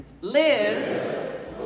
Live